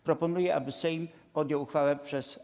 Proponuję, aby Sejm podjął uchwałę przez